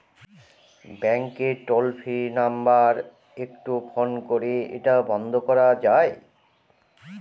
ব্যাংকের toll free number একটু phone করে এটা বন্ধ করা যায়?